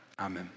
Amen